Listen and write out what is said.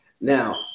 Now